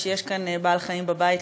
למי שיש לו בעל-חיים בבית,